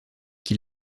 qui